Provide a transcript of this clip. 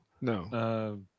no